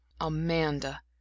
Amanda